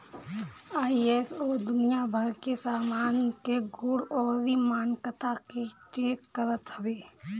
ISO दुनिया भर के सामान के गुण अउरी मानकता के चेक करत हवे